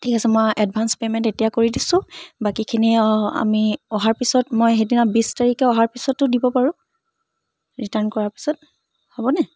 ঠিক আছে মই এডভাঞ্চ পেইমেণ্ট এতিয়াই কৰি দিছোঁ বাকীখিনি আমি অহাৰ পিছত মই সেইদিনা বিছ তাৰিখে অহাৰ পিছতো দিব পাৰোঁ ৰিটাৰ্ণ কৰাৰ পিছত হ'বনে